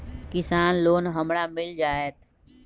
किसान लोन हमरा मिल जायत?